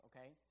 okay